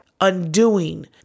undoing